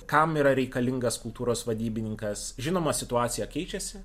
kam yra reikalingas kultūros vadybininkas žinoma situacija keičiasi